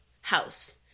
house